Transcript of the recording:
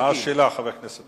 מה השאלה, חבר הכנסת טלב אלסאנע?